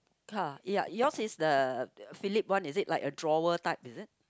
uh ya yours is the Philips one is it like a drawer type is it